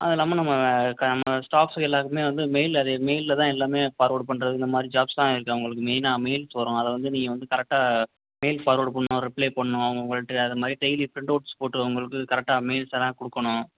அதுவும் இல்லாமல் நம்ம க நம்ம ஸ்டாஃப்ஸ்க்கு எல்லாருக்குமே வந்து மெயில் அது மெயில்லில் தான் எல்லாமே ஃபார்வேர்ட் பண்ணுறது இந்த மாதிரி ஜாப்ஸ் தான் இருக்குது உங்களுக்கு மெயினாக மெயில்ஸ் வரும் அதை வந்து நீங்கள் வந்து கரெக்டாக மெயில் ஃபார்வேர்ட் பண்ணணும் ரிப்ளே பண்ணணும் அவங்க உங்கள்கிட்ட அதை மாதிரி டெயிலி ப்ரிண்ட் அவுட்ஸ் போட்டு அவங்களுக்கு கரெக்டாக மெயில்ஸ்ஸெல்லாம் கொடுக்கணும்